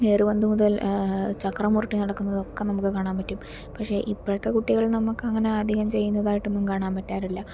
ഏറു പന്ത് മുതൽ ചക്രം ഉരുട്ടി നടക്കുന്നതൊക്കെ നമുക്ക് കാണാൻ പറ്റും പക്ഷേ ഇപ്പോഴത്തെ കുട്ടികൾ നമുക്ക് അങ്ങനെ അധികം ചെയ്യുന്നതായിട്ട് ഒന്നും കാണാൻ പറ്റാറില്ല